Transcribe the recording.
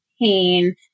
pain